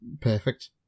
perfect